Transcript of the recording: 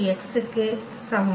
x க்கு சமம்